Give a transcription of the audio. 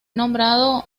nombrado